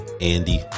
andy